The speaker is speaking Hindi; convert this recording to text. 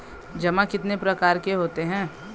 जमा कितने प्रकार के होते हैं?